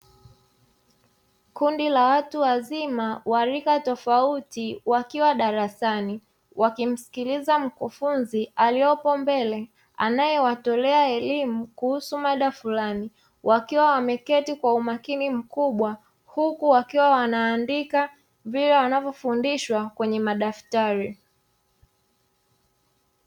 Kundi la watu wazima wa rika tofauti wakiwa darasani. Wakimsikiliza mkufunzi aliopo mbele anayewatolea elimu kuhusu mada fulani, wakiwa wameketi kwa umakini mkubwa huku wakiwa wanaandika vile wanavyofundishwa kwenye madaftari.